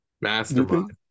Mastermind